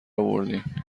آوردین